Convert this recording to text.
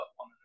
on